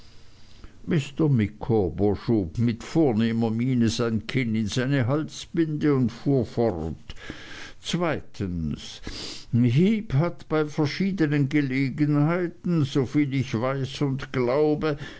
mit vornehmer miene sein kinn in seine halsbinde und fuhr fort zweitens heep hat bei verschiednen gelegenheiten soviel ich weiß und glaube